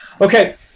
Okay